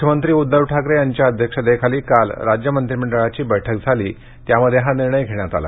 मुख्यमंत्री उद्धव ठाकरे यांच्या अध्यक्षतेखाली काल राज्य मंत्रिमंडळाची बैठक झाली त्यावेळी हा निर्णय घेण्यात आला